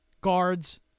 Guards